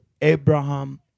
Abraham